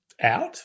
out